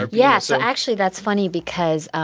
ah yeah. so actually, that's funny because,